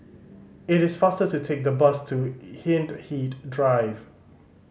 it is faster to take the bus to Hindhede Drive